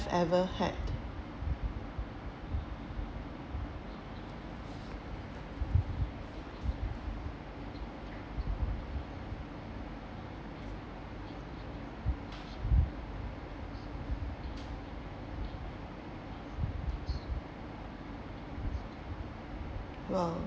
ever had